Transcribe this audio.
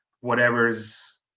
whatever's